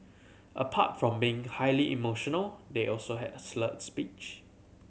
apart from being highly emotional they also had slurred speech